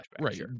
Right